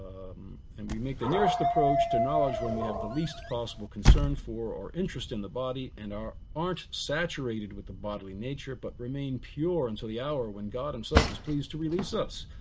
and we make the nearest approach to knowledge when we have the least possible concern for or interest in the body and aren't saturated with the bodily nature, but remain pure until the hour when god himself is pleased to release us.